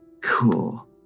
cool